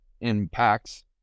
impacts